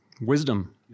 Wisdom